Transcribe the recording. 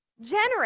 Generous